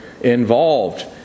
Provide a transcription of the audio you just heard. involved